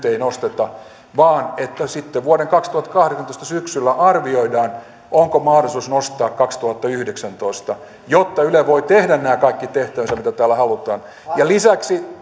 ei nosteta vaan että sitten vuoden kaksituhattakahdeksantoista syksyllä arvioidaan onko mahdollisuus nostaa kaksituhattayhdeksäntoista jotta yle voi tehdä nämä kaikki tehtävänsä mitä täällä halutaan ja lisäksi